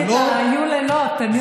אהבתי את "היו לילות" "אני אותם זוכרת".